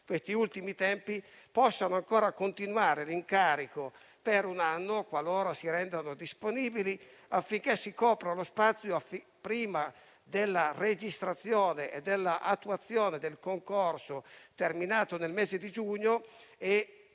questi ultimi tempi possano ancora continuare l'incarico per un anno, qualora si rendano disponibili, affinché si copra il tempo prima della registrazione e dell'attuazione del concorso concluso nel mese di giugno e